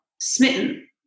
smitten